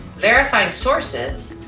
verifying sources,